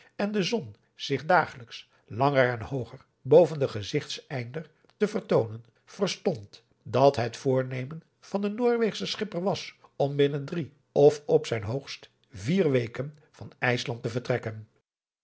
en de zon zich dagelijksch langer en hooger boven den gezigteinder te vertoonen verstond dat het voornemen van den noorweegschen schipper was om binnen drie of op zijn hoogst vier weken van ijsland te vertrekken